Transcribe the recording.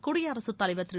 குடியரசுத் தலைவர் திரு